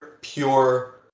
pure –